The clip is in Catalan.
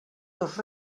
dos